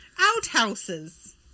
Outhouses